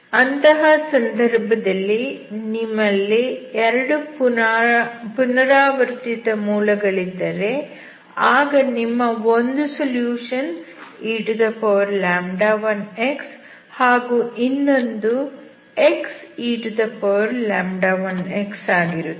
ಅಂತಹ ಸಂದರ್ಭದಲ್ಲಿ ನಿಮ್ಮಲ್ಲಿ 2 ಪುನರಾವರ್ತಿತ ಮೂಲ ಗಳಿದ್ದರೆ ಆಗ ನಿಮ್ಮ ಒಂದು ಸೊಲ್ಯೂಷನ್ e1x ಹಾಗೂ ಇನ್ನೊಂದು xe1x ಆಗಿರುತ್ತದೆ